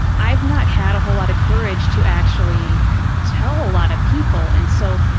i've not had a whole lot of courage to actually tell a lot of people. and so,